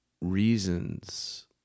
reasons